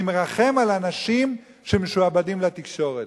אני מרחם על אנשים שמשועבדים לתקשורת.